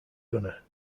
gunner